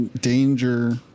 Danger